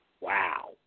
Wow